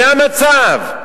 זה המצב.